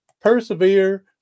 persevere